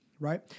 Right